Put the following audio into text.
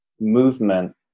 movement